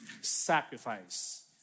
sacrifice